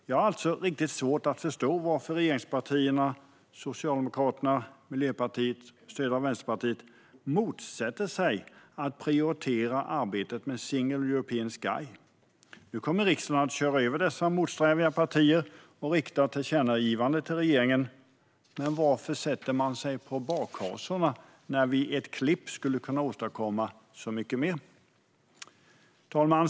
Jag har därför riktigt svårt att förstå varför regeringspartierna Socialdemokraterna och Miljöpartiet med stöd av Vänsterpartiet motsätter sig att prioritera arbetet med Single European Sky. Nu kommer riksdagen att köra över dessa motsträviga partier och rikta ett tillkännagivande till regeringen. Men varför sätter man sig på bakhasorna när vi i ett klipp skulle kunna åstadkomma så mycket mer? Fru talman!